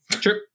Sure